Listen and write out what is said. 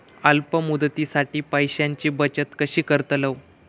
अल्प मुदतीसाठी पैशांची बचत कशी करतलव?